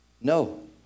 No